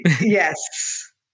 yes